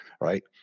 right